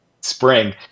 spring